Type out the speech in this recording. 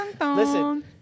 listen